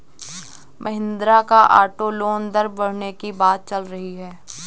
महिंद्रा का auto loan दर बढ़ने की बात चल रही है